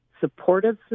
supportive